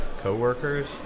co-workers